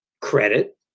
credit